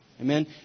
Amen